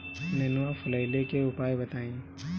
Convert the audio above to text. नेनुआ फुलईले के उपाय बताईं?